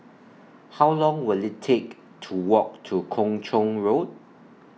How Long Will IT Take to Walk to Kung Chong Road